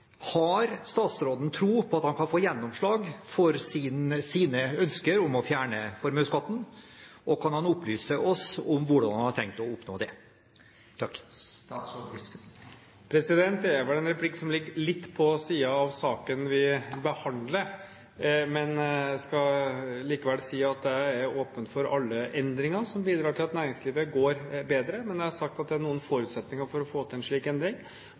Har statsråden tro på at han kan få gjennomslag for sine ønsker om å fjerne formuesskatten, og kan han opplyse oss om hvordan han har tenkt å oppnå det? Det er vel en replikk som ligger litt på siden av saken vi behandler, men jeg vil likevel si at jeg er åpen for alle endringer som bidrar til at næringslivet går bedre. Men jeg har sagt at det er noen forutsetninger for å få til en slik endring,